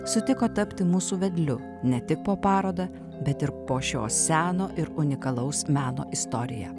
sutiko tapti mūsų vedliu ne tik po parodą bet ir po šio seno ir unikalaus meno istoriją